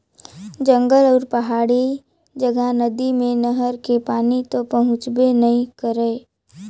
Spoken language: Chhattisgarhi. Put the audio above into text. जंगल अउ पहाड़ी जघा नदिया मे नहर के पानी तो पहुंचबे नइ करय